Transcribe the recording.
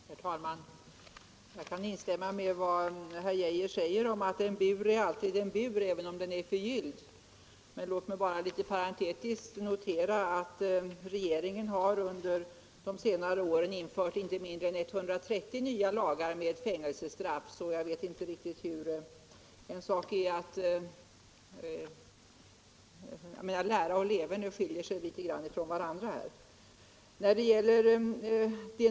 Herr talman! Jag kan instämma i vad herr Geijer säger om att en bur alltid är en bur även om den är förgylld, men låt mig bara parentetiskt notera att regeringen under de senare åren infört inte mindre än 130 nya lagar med fängelsestraff. Lära och leverne skiljer sig litet från varandra här.